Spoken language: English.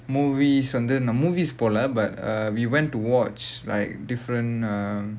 movie வந்து:vandhu > movie போகல:pogala but uh we went to watch like different um